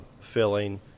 filling